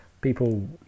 people